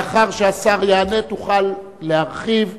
לאחר שהשר יענה תוכל להרחיב,